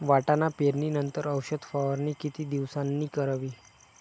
वाटाणा पेरणी नंतर औषध फवारणी किती दिवसांनी करावी?